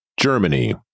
Germany